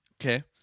Okay